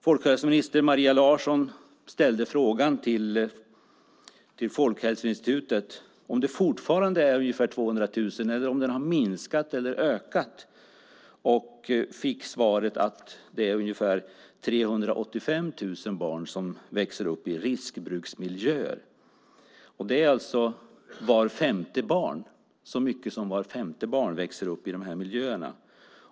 Folkhälsominister Maria Larsson ställde frågan till Folkhälsoinstitutet om det fortfarande är ungefär 200 000 eller om siffran har minskat eller ökat. Hon fick svaret att det är ca 385 000 barn som växer upp i riskbruksmiljöer. Det är alltså vart femte barn. Så mycket som vart femte barn växer upp i dessa miljöer.